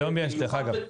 היום יש דרך אגב.